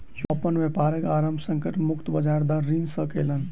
ओ अपन व्यापारक आरम्भ संकट मुक्त ब्याज दर ऋण सॅ केलैन